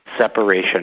separation